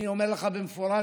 אני אומר לך במפורש